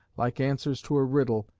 like answers to a riddle,